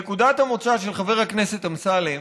נקודת המוצא של חבר הכנסת אמסלם